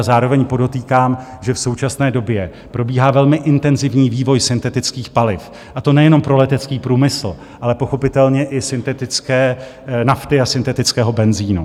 A zároveň podotýkám, že v současné době probíhá velmi intenzivní vývoj syntetických paliv, a to nejenom pro letecký průmysl, ale pochopitelně i syntetické nafty a syntetického benzinu.